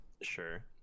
Sure